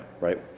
right